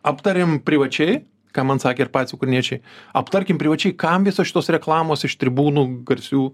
aptarėm privačiai ką man sakė ir patys ukrainiečiai aptarkim privačiai kam visos šitos reklamos iš tribūnų garsių